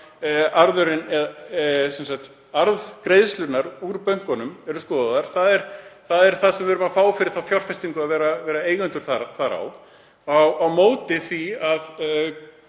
sem arðgreiðslurnar úr bönkunum eru skoðaðar. Það er það sem við erum að fá fyrir þá fjárfestingu að vera eigendur, á móti því að